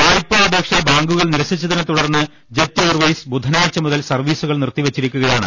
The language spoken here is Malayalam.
വായ്പാ അപേക്ഷ ബാങ്കുകൾ നിരസിച്ചതിനെ തുടർന്ന് ജെറ്റ് എയർവെയ്സ് ബുധ നാഴ്ച മുതൽ സർവീസുകൾ നിർത്തിവെച്ചിരിക്കുകയാണ്